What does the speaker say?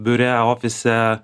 biure ofise